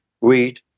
weed